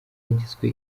yagizwe